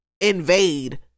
invade